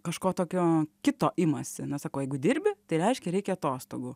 kažko tokio kito imasi na sako jeigu dirbi tai reiškia reikia atostogų